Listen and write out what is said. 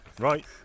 Right